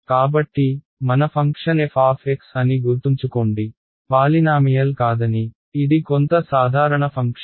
కాబట్టి మన function f అని గుర్తుంచుకోండి పాలినామియల్ కాదని ఇది కొంత సాధారణ ఫంక్షన్